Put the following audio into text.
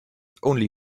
only